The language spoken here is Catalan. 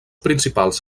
principals